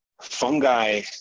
fungi